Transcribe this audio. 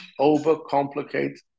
overcomplicate